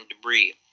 debris